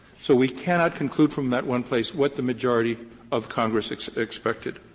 so we cannot conclude from that one place what the majority of congress expected.